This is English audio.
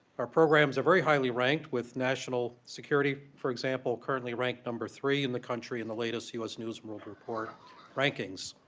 our programs are very highly ranked with national security, for example, currently ranked number three in the country in the latest u. s. news and world report rankings.